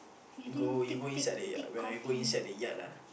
go you go inside the when I go inside the yard lah